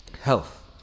health